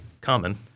common